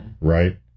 right